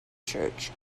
church